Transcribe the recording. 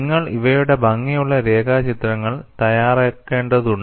നിങ്ങൾ ഇവയുടെ ഭംഗിയുള്ള രേഖാചിത്രങ്ങൾ തയ്യാറാക്കേണ്ടതുണ്ട്